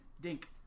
Dink